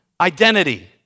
identity